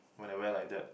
when I wear like that